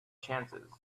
chances